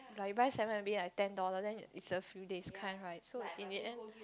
like you buy seven M B like ten dollar then is the few days kind right so in the end